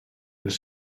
els